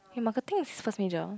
marketing is first major